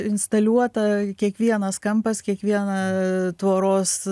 instaliuota kiekvienas kampas kiekviena tvoros